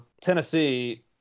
tennessee